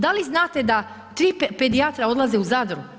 Da li znate da tri pedijatra odlaze u Zadru?